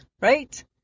Right